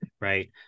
right